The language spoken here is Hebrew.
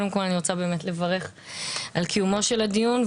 קודם כל אני רוצה לברך על קיומו של הדיון,